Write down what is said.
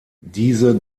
diese